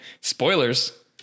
Spoilers